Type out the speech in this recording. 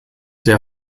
der